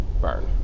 Burn